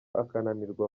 akananirwa